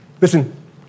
Listen